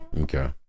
Okay